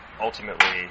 ultimately